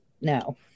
No